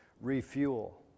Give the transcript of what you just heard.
refuel